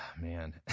man